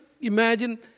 imagine